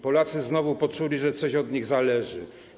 Polacy znowu poczuli, że coś od nich zależy.